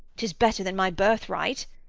tis better than my birth-right.